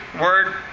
word